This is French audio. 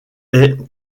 est